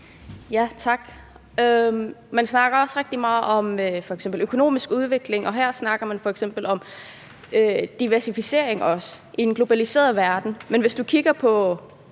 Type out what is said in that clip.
Tak. Man snakker også rigtig meget om f.eks. økonomisk udvikling, og her snakker man f.eks. også om diversificering i en globaliseret verden.